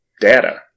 data